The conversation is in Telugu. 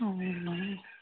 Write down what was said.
అవునా